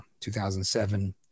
2007